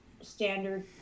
standard